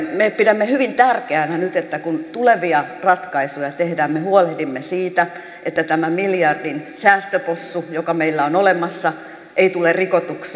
me pidämme hyvin tärkeänä nyt kun tulevia ratkaisuja tehdään että me huolehdimme siitä että tämä miljardin säästöpossu joka meillä on olemassa ei tule rikotuksi